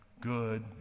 good